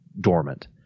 dormant